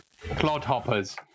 clodhoppers